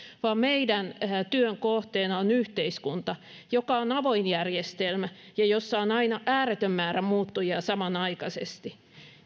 vaan meidän työmme kohteena on yhteiskunta joka on avoin järjestelmä ja jossa on aina ääretön määrä muuttujia samanaikaisesti